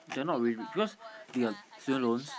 they are not really rich because they have student loans